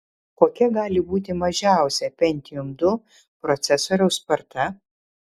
kokia gali būti mažiausia pentium ii procesoriaus sparta